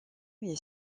est